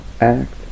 act